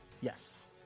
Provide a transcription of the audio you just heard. Yes